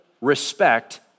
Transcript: respect